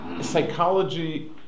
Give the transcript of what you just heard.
psychology